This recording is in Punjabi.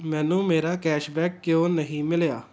ਮੈਨੂੰ ਮੇਰਾ ਕੈਸ਼ਬੈਕ ਕਿਉਂ ਨਹੀਂ ਮਿਲਿਆ